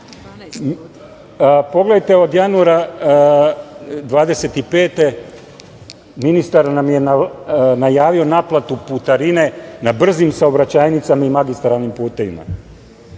da plaćaju. Pogledajte od januara 2025. godine ministar nam je najavio naplatu putarine na brzim saobraćajnicama i magistralnim putevima.